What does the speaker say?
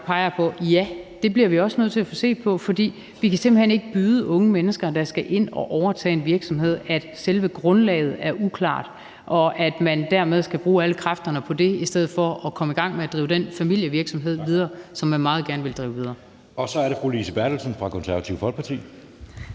peger på: Ja, det bliver vi også nødt til at få set på, for vi kan simpelt hen ikke byde unge mennesker, der skal ind og overtage en virksomhed, at selve grundlaget er uklart, og at man dermed skal bruge alle kræfterne på det i stedet for at komme i gang med at drive den familievirksomhed videre, som man meget gerne vil drive videre. Kl. 14:21 Anden næstformand (Jeppe Søe): Så er det fru Lise Bertelsen fra Det Konservative Folkeparti.